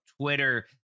Twitter